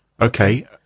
Okay